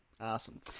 Awesome